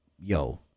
yo